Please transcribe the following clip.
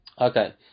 Okay